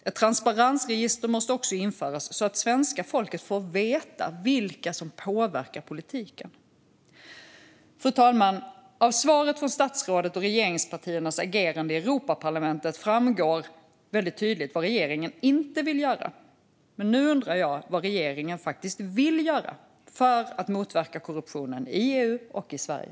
Ett transparensregister måste också införas, så att svenska folket får veta vilka som påverkar politiken. Fru talman! Av svaret från statsrådet och regeringspartiernas agerande i Europaparlamentet framgår väldigt tydligt vad regeringen inte vill göra. Men nu undrar jag vad regeringen faktiskt vill göra för att motverka korruptionen i EU och i Sverige.